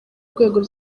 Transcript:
rwego